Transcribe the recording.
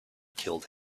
killed